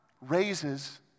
raises